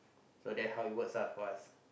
so that how it's work lah for us